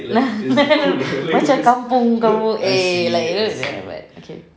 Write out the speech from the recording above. macam kampung-kampung eh like but okay